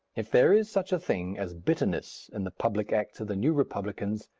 if there is such a thing as bitterness in the public acts of the new republicans,